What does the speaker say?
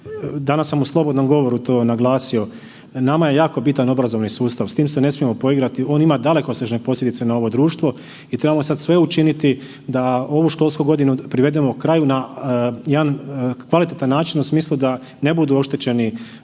danas sam u slobodnom govoru to naglasio, nama je jako bitan obrazovni sustav, s tim se ne smijemo poigrati. On ima dalekosežne posljedice na ovo društvo i trebamo sada sve učiniti da ovu školsku godinu privedemo kraju na jedan kvalitetan način u smislu da ne budu oštećeni